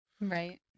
Right